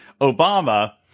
Obama